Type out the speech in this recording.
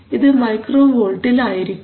ഇത് മൈക്രോ വോൾട്ടിൽ ആയിരിക്കും